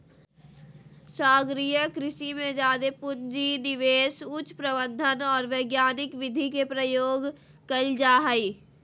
सागरीय कृषि में जादे पूँजी, निवेश, उच्च प्रबंधन और वैज्ञानिक विधि के प्रयोग कइल जा हइ